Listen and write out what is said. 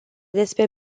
despre